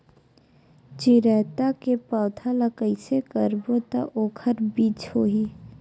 चिरैता के पौधा ल कइसे करबो त ओखर बीज होई?